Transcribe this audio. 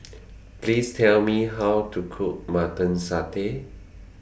Please Tell Me How to Cook Mutton Satay